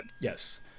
Yes